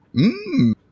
Mmm